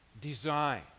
design